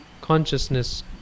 consciousness